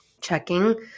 checking